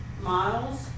miles